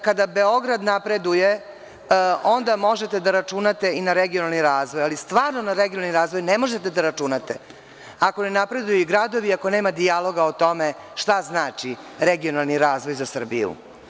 Kada Beograd napreduje, onda možete da računate i na regionalni razvoj, ali stvarno na regionalni razvoj ne možete da računate ako ne napreduju gradovi, ako nema dijaloga o tome šta znači regionalni razvoj za Srbiju.